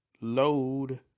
load